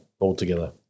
altogether